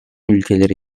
ülkeleri